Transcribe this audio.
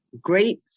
great